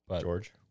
George